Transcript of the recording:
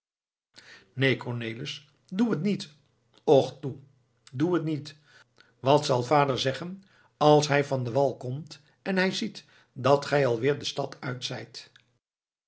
cornelis doe het niet och toe doe het niet wat zal vader zeggen als hij van den wal komt en hij ziet dat gij alweer de stad uit zijt